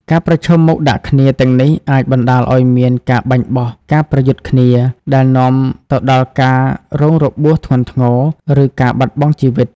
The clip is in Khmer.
ការប្រឈមមុខដាក់គ្នាទាំងនេះ អាចបណ្ដាលឲ្យមាន ការបាញ់បោះ ការប្រយុទ្ធគ្នា ដែលនាំទៅដល់ការរងរបួសធ្ងន់ធ្ងរ ឬការបាត់បង់ជីវិត។